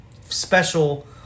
special